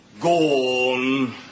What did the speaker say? Gone